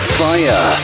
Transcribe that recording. fire